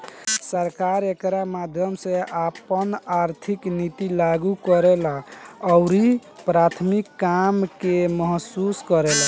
सरकार एकरा माध्यम से आपन आर्थिक निति लागू करेला अउरी प्राथमिक काम के महसूस करेला